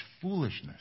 foolishness